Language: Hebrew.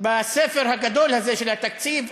בספר הגדול הזה של התקציב,